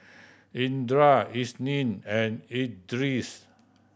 Indra Isnin and Idris